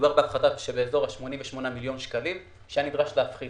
מדובר בהפחתה באזור ה-88 מיליון שקלים שהיה נדרש להפחית